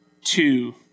two